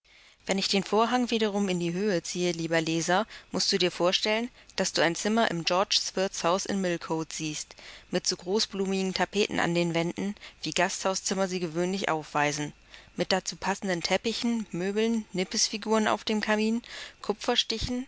wenn ich den vorhang wiederum in die höhe ziehe lieber leser mußt du dir vorstellen daß du ein zimmer im georgs wirtshaus in millcote siehst mit so großblumigen tapeten an den wänden wie gasthauszimmer sie gewöhnlich aufweisen mit dazu passenden teppichen möbeln nippesfiguren auf dem kamin kupferstichen